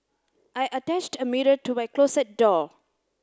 I attached a mirror to my closet door